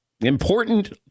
important